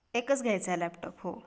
एकच घ्यायचा आहे लॅपटॉप हो